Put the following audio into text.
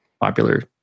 popular